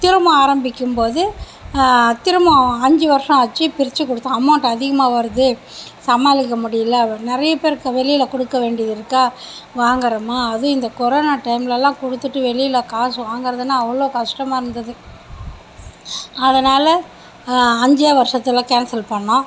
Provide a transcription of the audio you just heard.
திரும்ப ஆரம்பிக்கும்போது திரும்பவும் அஞ்சு வருஷம் ஆச்சு பிரித்து கொடுத்தோம் அமௌண்ட் அதிகமாக வருது சமாளிக்க முடியல நிறையா பேருக்கு வெளியில் கொடுக்க வேண்டியது இருக்கா வாங்குறோமா அதுவும் இந்த கொரோனா டயம்லலாம் கொடுத்துட்டு வெளியில் காசு வாங்குகிறதுன்னா அவ்வளோ கஷ்டமாக இருந்தது அதனால் அஞ்சே வருசத்தில் கேன்சல் பண்ணோம்